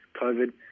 COVID